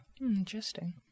Interesting